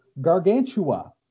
Gargantua